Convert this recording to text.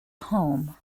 home